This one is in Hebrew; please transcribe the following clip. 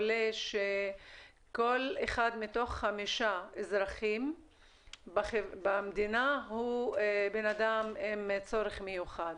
עולה שכל אחד מתוך חמישה אזרחים במדינה הוא בן אדם עם צורך מיוחד.